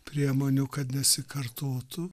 priemonių kad nesikartotų